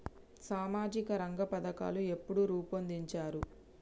సామాజిక రంగ పథకాలు ఎప్పుడు రూపొందించారు?